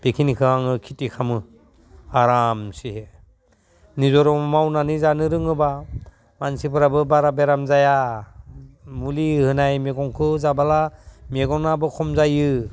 बेखिनिखौ आङो खेथि खालामो आरामसे निजे मावनानै जानो रोङोबा मानसिफोराबो बारा बेराम जाया मुलि होनाय मैगंखौ जाबोला मेगनाबो खम जायो